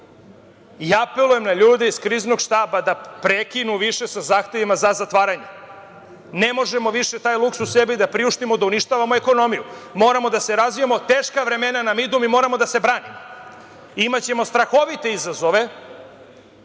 radimo. Apelujem na ljude iz Kriznog štaba da prekinu više sa zahtevima za zatvaranje. Ne možemo više taj luksuz sebi da priuštimo dok uništavamo ekonomiju. Moramo da se razvijamo. Teška vremena nam idu, moramo da se branimo. Imaćemo strahovite izazove,